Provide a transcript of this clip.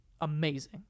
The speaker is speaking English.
amazing